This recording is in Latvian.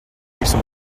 visu